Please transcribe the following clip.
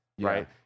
right